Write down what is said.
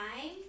time